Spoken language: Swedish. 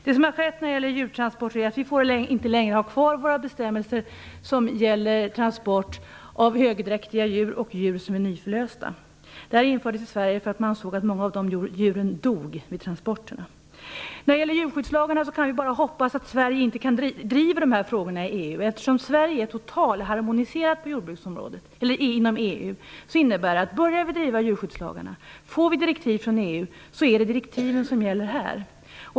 Det som har skett när det gäller djurtransporter är att vi inte längre får ha kvar våra bestämmelser om transport av högdräktiga djur och djur som är nyförlösta. De bestämmelserna infördes i Sverige för att man såg att många av de djuren dog vid transporterna. När det gäller djurskyddslagarna kan vi bara hoppas att Sverige driver de frågorna i EU. Eftersom det inom EU är totalharmoniserat på jordbruksområdet innebär det, om vi börjar driva frågan om djurskyddslagarna, att om vi får direktiv från EU är det direktiven som gäller här.